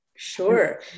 Sure